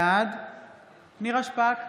בעד נירה שפק,